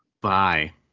Bye